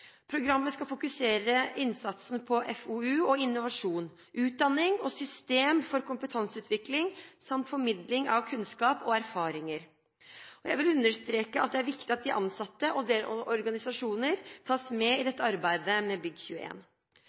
Programmet skal fokusere innsatsen på FoU og innovasjon, utdanning og system for kompetanseutvikling samt formidling av kunnskap og erfaringer. Jeg vil understreke at det er viktig at de ansatte og deres organisasjoner tas med i dette arbeidet med Bygg21. Arbeiderpartiet støtter at regjeringen sammen med Faglig råd for bygg-